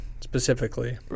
specifically